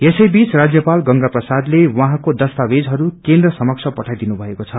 यसैबीच राज्यपाल गंगाप्रसादले उहाँको दस्तावेजहरू केन्द्र समक्ष पठाइदिनु भएको छ